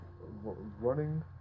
running